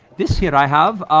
this here i have,